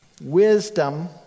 Wisdom